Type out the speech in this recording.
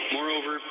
Moreover